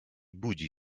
budzi